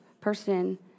person